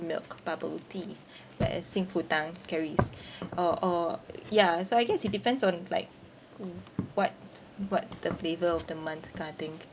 milk bubble tea like uh Xing Fu Tang carries or or ya so I guess it depends on like wh~ what what's the flavour of the month ah I think